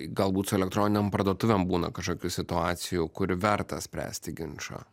galbūt su elektroninėm parduotuvėm būna kažkokių situacijų kur verta spręsti ginčą